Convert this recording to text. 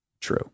true